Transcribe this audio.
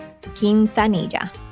quintanilla